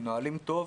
מנוהלים טוב,